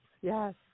yes